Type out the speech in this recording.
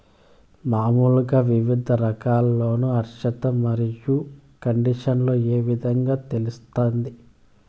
మామూలుగా వివిధ రకాల లోను అర్హత మరియు కండిషన్లు ఏ విధంగా తెలుస్తాది?